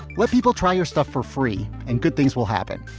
let people try your stuff for free and good things will happen.